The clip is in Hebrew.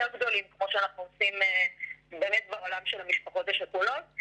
גדולים כמו שאנחנו עושים בעולם של המשפחות השכולות.